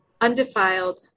undefiled